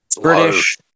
British